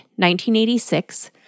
1986